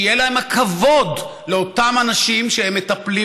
שיהיה להם הכבוד לאותם אנשים שהם מטפלים